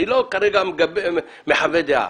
אני לא כרגע מחווה דעה,